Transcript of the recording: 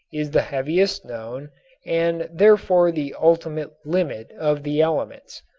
is the heaviest known and therefore the ultimate limit of the elements,